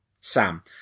Sam